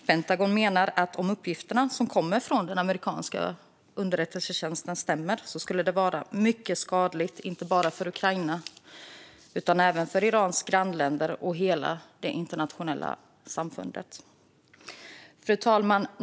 Pentagon menar att om uppgifterna som kommer från den amerikanska underrättelsetjänsten stämmer skulle det vara mycket skadligt inte bara för Ukraina utan även för Irans grannländer och hela det internationella samfundet. Fru talman!